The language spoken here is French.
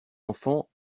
enfant